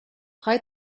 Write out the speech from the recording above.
frei